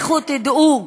לכו תדעו,